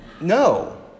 No